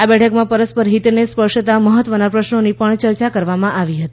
આ બેઠકમાં પરસ્પર હિતને સ્પર્શતા મહત્વના પ્રશ્નોની ચર્ચા કરવામાં આવી હતી